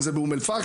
אם זה באום אל פאחם,